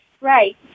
Right